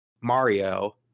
Mario